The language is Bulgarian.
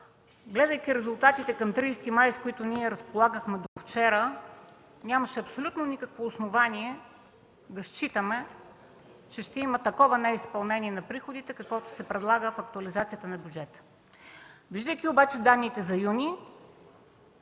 Гледайки резултатите към 30 май, с които ние довчера разполагахме, нямаше абсолютно никакво основание да считаме, че ще има такова неизпълнение на приходите, каквото се предлага в актуализацията на бюджета. Виждайки обаче данните за